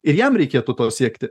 ir jam reikėtų to siekti